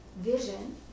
vision